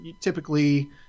typically